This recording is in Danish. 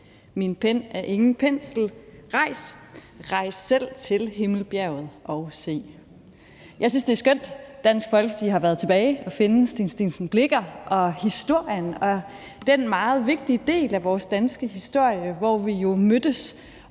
Min Pen er ingen Pensel. Rejs! rejs selv til Himmelbjerget, og see!« Jeg synes, det er skønt, at Dansk Folkeparti har været tilbage at finde Steen Steensen Blicher og historien og den meget vigtige del af vores danske historie, hvor vi jo mødtes